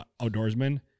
outdoorsman